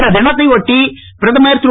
இந்த தினத்தை ஒட்டி பிரதமர் திரு